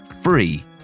free